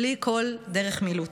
בלי כל דרך מילוט.